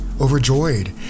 overjoyed